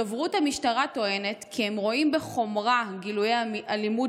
דוברות המשטרה טוענת כי הם רואים בחומרה גילויי אלימות